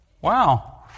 wow